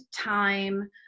time